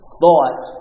thought